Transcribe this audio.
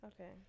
Okay